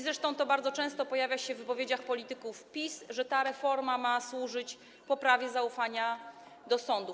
Zresztą to bardzo często pojawia się w wypowiedziach polityków PiS, że ta reforma ma służyć poprawie zaufania do sądów.